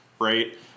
right